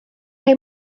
rhai